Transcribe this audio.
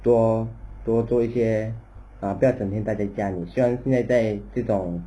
做做做一些 uh 不要整天待在家里虽然现在在这种